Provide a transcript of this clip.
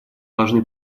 должны